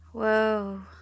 Whoa